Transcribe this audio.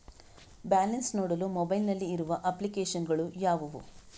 Balance ನೋಡಲು mobile ನಲ್ಲಿ ಇರುವ ಅಪ್ಲಿಕೇಶನ್ ಗಳು ಯಾವುವು?